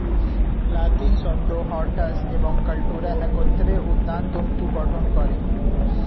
লাতিন শব্দ হরটাস এবং কাল্টুরা একত্রে উদ্যানতত্ত্ব গঠন করে